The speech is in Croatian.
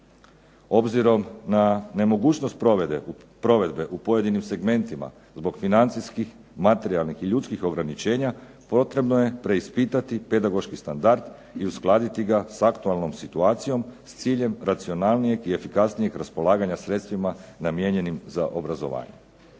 Obzirom na nemogućnost provedbe u pojedinim segmentima zbog financijskih, materijalnih i ljudskih ograničenja potrebno je preispitati pedagoški standard i uskladiti ga sa aktualnom situacijom s ciljem racionalnijeg i efikasnijeg raspolaganja sredstvima namijenjenim za obrazovanje.